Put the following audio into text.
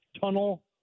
Tunnel